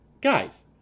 guys